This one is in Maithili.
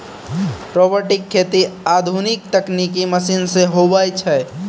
रोबोटिक खेती आधुनिक तकनिकी मशीन से हुवै छै